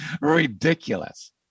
ridiculous